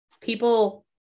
people